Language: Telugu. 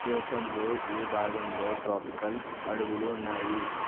దేశంలో ఏ భాగంలో ట్రాపికల్ అడవులు ఉన్నాయి